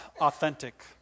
authentic